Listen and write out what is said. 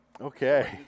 Okay